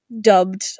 dubbed